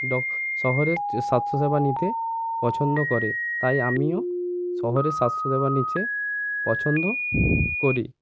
doc শহরে স্বাস্থ্য সেবা নিতে পছন্দ করে তাই আমিও শহরে স্বাস্থ্য সেবা নিতে পছন্দ করি